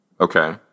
Okay